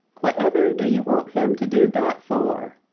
whatever do you want him to do that for?